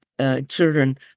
Children